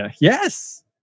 Yes